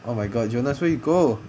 oh my god jonas where you go